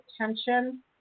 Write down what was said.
attention